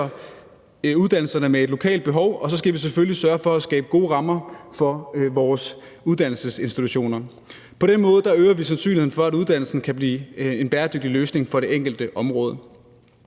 uddannelserne med et lokalt behov; og at vi så selvfølgelig sørger for at skabe gode rammer for vores uddannelsesinstitutioner. På den måde øger vi sandsynligheden for, at uddannelsen kan blive en bæredygtig løsning for det enkelte område.